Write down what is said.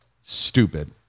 Stupid